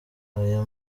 aya